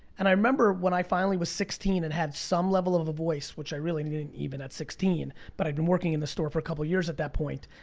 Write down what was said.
and i remember when i finally was sixteen and had some level of a voice, which i really didn't, even at sixteen, but i'd been working in the store for a couple years at that point.